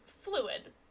fluid